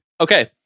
Okay